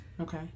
Okay